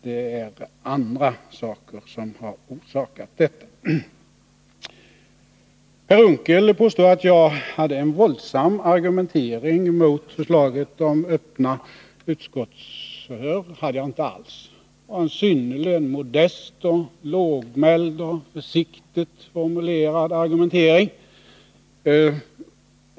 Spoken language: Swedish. Det är andra saker som ligger bakom detta. Per Unckel påstår att jag förde fram en våldsam argumentering mot förslaget om öppna utskottsförhör. Det gjorde jag inte alls. Det var en synnerligen modest, lågmäld och försiktigt formulerad argumentering.